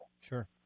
Sure